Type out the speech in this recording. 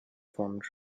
formed